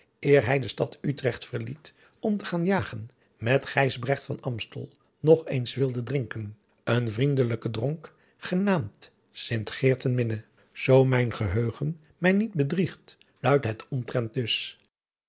eer hij de stad utrecht verliet om te gaan jagen met gysbrecht van amstel nog eens wilde drinken een vriendelijken dronk genaamd sint geerten minne zoo mijn geheugen mijn niet bedriegt luidt het omtrent dus